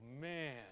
man